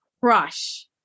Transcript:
crush